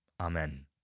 Amen